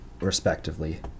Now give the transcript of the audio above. respectively